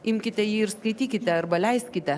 imkite jį ir skaitykite arba leiskite